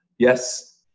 Yes